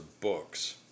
books